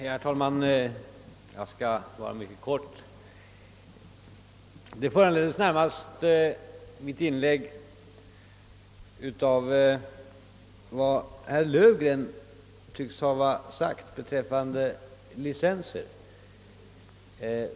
Herr talman! Jag skall fatta mig mycket kort. Mitt inlägg föranleds närmast av vad herr Löfgren lär ha anfört beträffande radiolicenser.